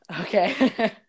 Okay